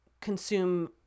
consume